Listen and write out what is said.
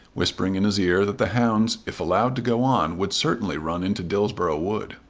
whispering in his ear that the hounds if allowed to go on would certainly run into dillsborough wood.